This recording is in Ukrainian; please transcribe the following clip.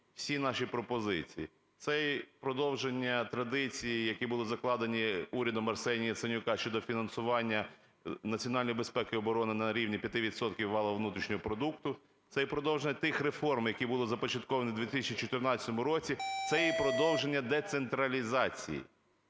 всі наші пропозиції: це і продовження традицій, які були закладені урядом Арсенія Яценюка щодо фінансування національної безпеки і оборони на рівні 5 відсотків валового внутрішнього продукту, це і продовження тих реформ, які були започатковані у 2014 році, це і продовження децентралізації.